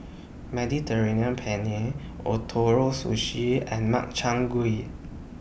Mediterranean Penne Ootoro Sushi and Makchang Gui